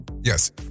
Yes